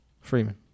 Freeman